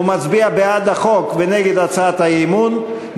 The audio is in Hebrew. מצביע בעד החוק ונגד הצעת האי-אמון,